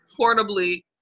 portably